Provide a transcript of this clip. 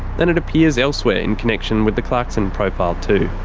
and it appears elsewhere in connection with the clarkson profile too.